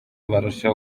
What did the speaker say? barusheho